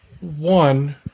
One